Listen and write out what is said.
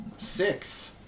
Six